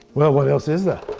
well what else is there?